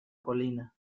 colina